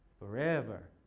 forever.